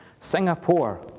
Singapore